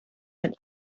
mit